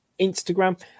Instagram